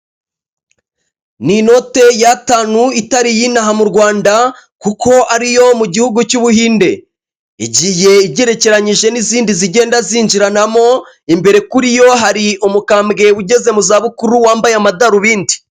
Ni inote y'atanu itari iy'inaha mu rwanda kuko ariyo mu gihugu cy'u buhinde igiye igerekeranyije n'izindi zigenda zinjiranamo, imbere kuri yo hari umukambwe ugeze mu za bukuru wambaye amadarubindi.